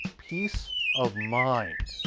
peace of mind.